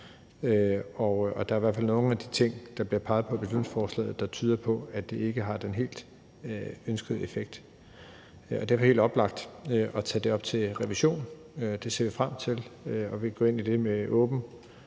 Der er i hvert fald nogle af de ting, der bliver peget på i beslutningsforslaget, der tyder på, at det ikke helt har den ønskede effekt. Derfor er det helt oplagt at tage det op til revision. Det ser vi frem til, og vi vil gå ind i det med åbent